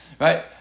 Right